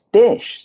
dish